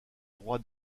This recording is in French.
roi